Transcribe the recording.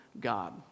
God